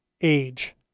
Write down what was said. age